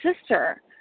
sister